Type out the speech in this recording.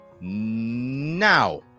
now